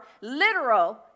literal